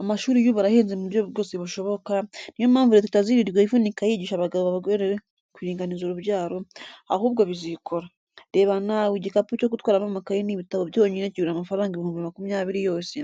Amashuri y'ubu arahenze mu buryo bwose bushoboka, ni yo mpamvu Leta itazirirwa ivunika yigisha abagabo n'abagore kuringaniza urubyaro, ahubwo bizikora. Reba nawe, igikapu cyo gutwaramo amakayi n'ibitabo cyonyine kigura amafaranga ibihumbi makumyabiri yose,